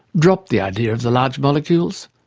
drop the idea of the large molecules.